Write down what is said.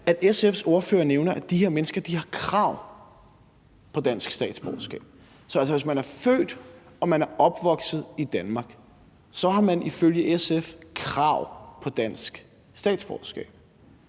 SF's ordfører nævner, at de her mennesker har krav på dansk statsborgerskab. Så hvis man er født og opvokset i Danmark, har man ifølge SF krav på dansk statsborgerskab.